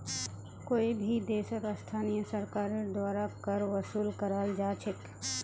कोई भी देशत स्थानीय सरकारेर द्वारा कर वसूल कराल जा छेक